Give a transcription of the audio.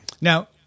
Now